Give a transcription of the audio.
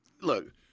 look –